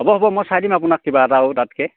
হ'ব হ'ব মই চাই দিম আপোনাক কিবা এটা আৰু তাতকৈ